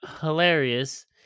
Hilarious